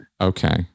Okay